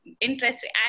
interesting